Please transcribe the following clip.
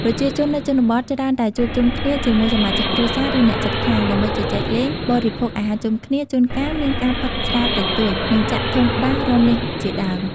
ប្រជាជននៅជនបទច្រើនតែជួបជុំគ្នាជាមួយសមាជិកគ្រួសារ ឬអ្នកជិតខាង ដើម្បីជជែកលេង បរិភោគអាហារជុំគ្នា ជួនកាលមានការផឹកស្រាតិចតួច និងចាក់ធុងបាសរាំលេងជាដើម។